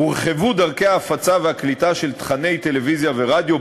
הורחבו דרכי ההפצה והקליטה של תוכני טלוויזיה ורדיו,